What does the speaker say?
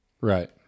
Right